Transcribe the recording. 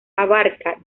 abarca